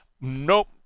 Nope